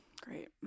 Great